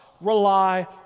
rely